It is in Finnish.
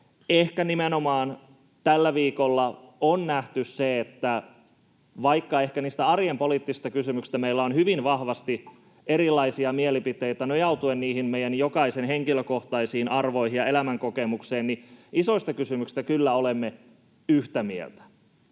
Ehkä nimenomaan tällä viikolla on nähty se, että vaikka niistä arjen poliittisista kysymyksistä meillä on hyvin vahvasti erilaisia mielipiteitä nojautuen meidän jokaisen henkilökohtaisiin arvoihin ja elämänkokemukseen, niin isoista kysymyksistä kyllä olemme yhtä mieltä